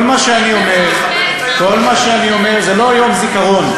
כל מה שאני אומר, זה לא יום זיכרון,